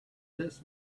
this